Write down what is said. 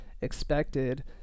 expected